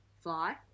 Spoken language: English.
fly